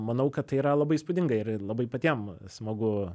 manau kad tai yra labai įspūdinga ir labai patiem smagu